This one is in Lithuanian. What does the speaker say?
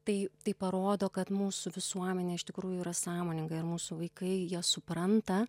tai tai parodo kad mūsų visuomenė iš tikrųjų yra sąmoninga ir mūsų vaikai jie supranta